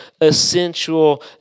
essential